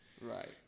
Right